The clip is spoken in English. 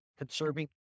conserving